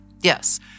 Yes